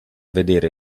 vedere